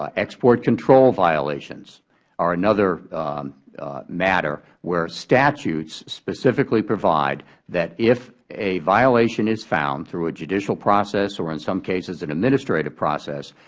export control violations are another matter where statutes specifically provide that if a violation is found through a judicial process or in some cases an administrative process,